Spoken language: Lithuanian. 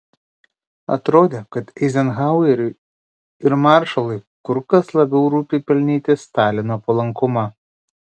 atrodė kad eizenhaueriui ir maršalui kur kas labiau rūpi pelnyti stalino palankumą